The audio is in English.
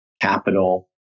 capital